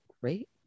great